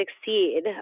succeed